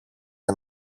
για